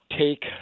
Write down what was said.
Take